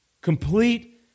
Complete